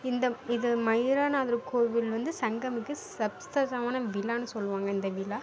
இந்த இது மயூரநாதர் கோவில் வந்து சங்கமிக்க சப்ஸ்த சமண விழானு சொல்லுவாங்க இந்த விழா